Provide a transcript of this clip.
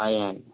ଆଜ୍ଞା ଆଜ୍ଞା